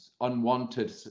unwanted